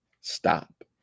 stop